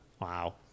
Wow